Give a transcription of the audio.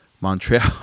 Montreal